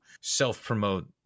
self-promote